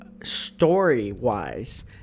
Story-wise